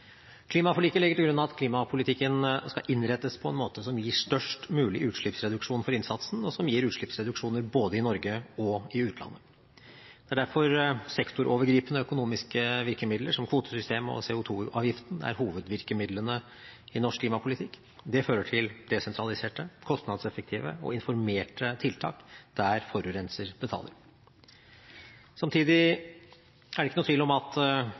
Klimaforliket legger til grunn at klimapolitikken skal innrettes på en måte som gir størst mulig utslippsreduksjon for innsatsen, og som gir utslippsreduksjoner både i Norge og i utlandet. Det er derfor sektorovergripende økonomiske virkemidler, som kvotesystemet og CO2-avgiften, er hovedvirkemidlene i norsk klimapolitikk. Det fører til desentraliserte, kostnadseffektive og informerte tiltak, der forurenser betaler. Samtidig er det ikke noen tvil om at